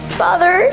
father